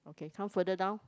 okay come further down